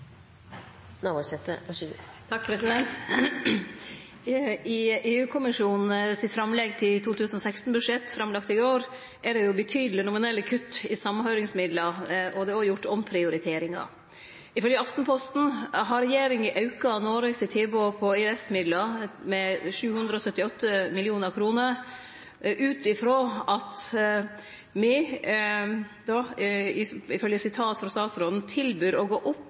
det ubetydelege nominelle kutt i samhøyringsmidlar, og det er òg gjort omprioriteringar. Ifølgje Aftenposten har regjeringa auka Noreg sitt tilbod på EØS-midlar med 778 mill. kr, ut frå at me – ifølgje det statsråden seier – «tilbyr å gå opp